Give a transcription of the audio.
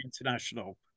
international